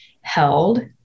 held